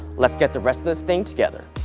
let's get the rest of this thing together!